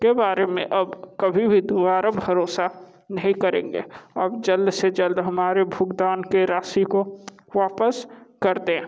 के बारे में अब कभी भी दोबारा भरोसा नहीं करेंगे आप जल्द से जल्द हमारे भुगतान के राशि को वापस कर दें